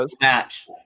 match